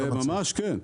זה ממש כן.